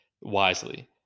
wisely